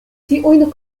tiujn